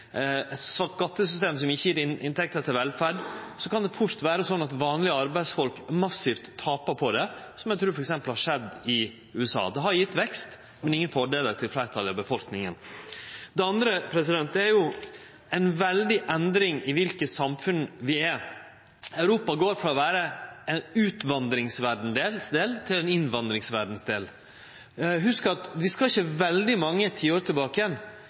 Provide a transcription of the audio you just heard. skattesystem som ikkje gjev inntekter til velferd, kan det fort verte sånn at vanlege arbeidsfolk tapar massivt på det. Det trur eg har skjedd i t.d. USA. Det har gjeve vekst, men ingen fordelar til fleirtalet av befolkninga. Det andre er ei veldig endring i kva samfunn vi er. Europa har gått frå å vere ein utvandringsverdsdel til ein innvandringsverdsdel. Hugs at vi ikkje skal veldig mange tiår tilbake